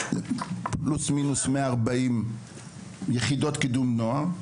כפלוס-מינוס 140 יחידות קידום נוער,